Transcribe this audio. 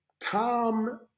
Tom